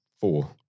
four